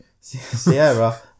Sierra